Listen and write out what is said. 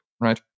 right